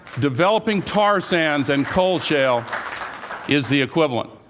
developing tar sands and coal shale is the equivalent.